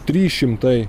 trys šimtai